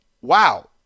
wow